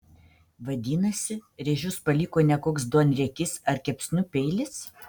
vadinasi rėžius paliko ne koks duonriekis ar kepsnių peilis